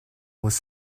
was